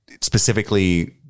specifically